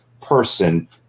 person